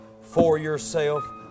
for-yourself